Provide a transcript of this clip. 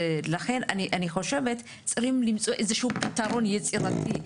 ולכן אני חושבת צריכים למצוא איזשהו פתרון יצירתי,